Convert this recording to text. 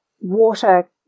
water